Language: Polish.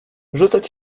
rzucać